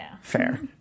Fair